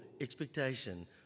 expectation